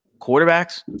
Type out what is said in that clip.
quarterbacks